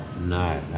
No